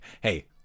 hey